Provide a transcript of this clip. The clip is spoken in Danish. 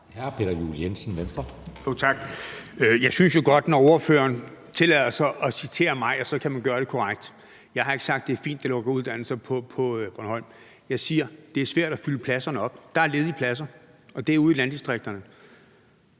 Hr. Peter Juel-Jensen, Venstre. Kl. 15:57 Peter Juel-Jensen (V): Tak. Når ordføreren tillader sig at citere mig, synes jeg jo godt, at ordføreren kan gøre det korrekt. Jeg har ikke sagt, at det er fint, at uddannelser lukker på Bornholm. Jeg siger, at det er svært at fylde pladserne op. Der er ledige pladser, og det er ude i landdistrikterne.